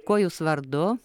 kuo jūs vardu